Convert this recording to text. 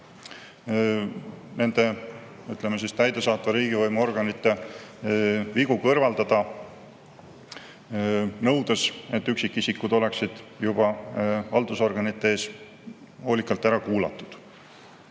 nende täidesaatva riigivõimu organite vigu kõrvaldada, nõudes, et üksikisikud oleksid juba haldusorganite ees hoolikalt ära kuulatud.